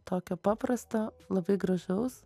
tokio paprasto labai gražaus